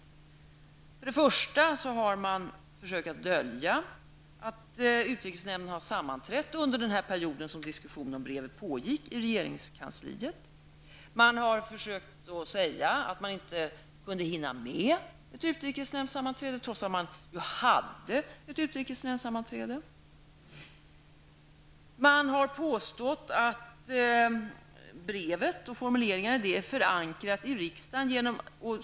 Till att börja med har man försökt dölja att utrikesnämnden har sammanträtt under den period då diskussionen om brevet pågick i regeringskansliet. Man har försökt att säga att man inte kunde hinna med ett utrikesnämndssammanträde, trots att man faktiskt hade ett utrikesnämndssammanträde. Man har påstått att brevet och formuleringarna i det var förankrade i riksdagen.